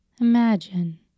Imagine